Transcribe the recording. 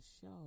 show